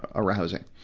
arousing.